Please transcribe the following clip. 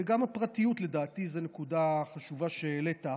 וגם הפרטיות, לדעתי, זו נקודה חשובה שהעלית,